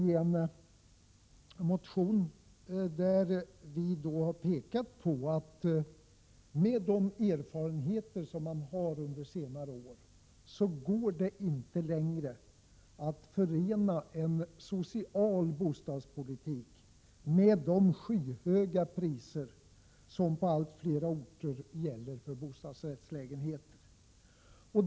I en motion har vi framhållit att enligt de erfarenheter som gjorts under senare år går det inte att förena en social bostadspolitik med de skyhöga priser på bostadsrättslägenheter som gäller på allt fler orter.